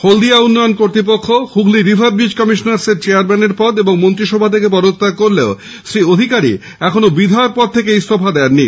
হলদিয়া উন্নয়ন কর্তৃপক্ষ Hooghly river bridge commissioners এর চেয়ারমন্যান পদ ও মন্ত্রিসভা থেকে পদত্যাগ করলেও শ্রী অধিকারী বিধায়ক পদ থেকে ইস্তফা দেননি